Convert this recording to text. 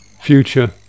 Future